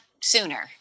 sooner